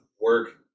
work